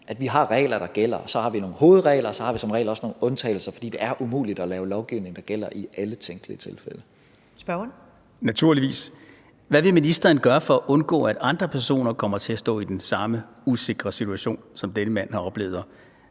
vi har regler, der gælder, og så har vi nogle hovedregler, og så har vi som regel også nogle undtagelser, fordi det er umuligt at lave lovgivning, der gælder i alle tænkelige tilfælde. Kl. 14:57 Første næstformand (Karen Ellemann): Spørgeren. Kl. 14:57 Nils Sjøberg (RV): Naturligvis. Hvad vil ministeren gøre for at undgå, at andre personer kommer til at stå i den samme usikre situation, som den her mand har oplevet?